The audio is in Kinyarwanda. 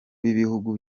b’ibihugu